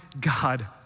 God